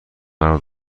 مرا